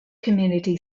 community